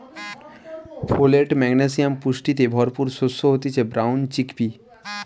folate, magnesium পুষ্টিতে ভরপুর শস্য হতিছে ব্রাউন চিকপি